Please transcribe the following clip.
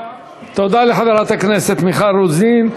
תודה לחברת הכנסת מיכל רוזין.